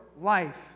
life